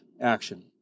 action